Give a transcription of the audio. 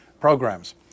programs